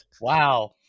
Wow